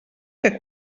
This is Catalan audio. que